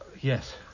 Yes